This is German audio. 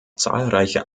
zahlreiche